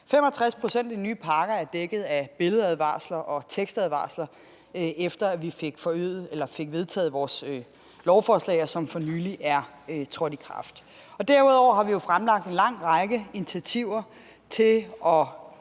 65 pct. af de nye pakker er dækket af billedadvarsler og tekstadvarsler, efter at vi har fået vedtaget vores lovforslag, som for nylig er trådt i kraft. Derudover har vi jo fremlagt en lang række initiativer til at